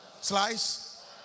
Slice